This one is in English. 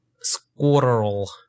squirrel